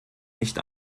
nicht